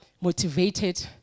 motivated